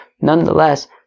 nonetheless